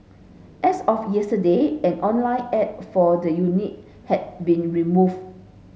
as of yesterday an online ad for the unit had been removed